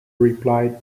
replied